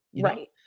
Right